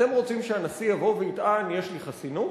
אתם רוצים שהנשיא יבוא ויטען: יש לי חסינות?